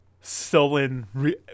sullen